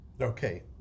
Okay